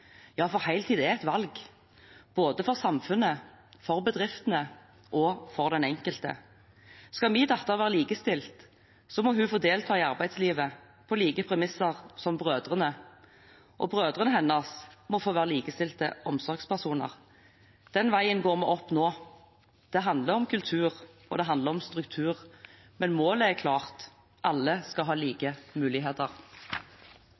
Ja, for heltid er et valg, både for samfunnet, for bedriftene og for den enkelte. Skal min datter være likestilt, må hun få delta i arbeidslivet på like premisser som brødrene, og brødrene hennes må få være likestilte omsorgspersoner. Den veien går vi opp nå. Det handler om kultur, og det handler om struktur. Men målet er klart: Alle skal ha